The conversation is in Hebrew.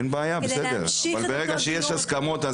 אבל ברגע שיש הסכמות,